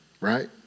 Right